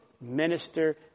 minister